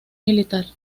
militar